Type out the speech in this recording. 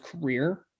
career